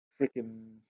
freaking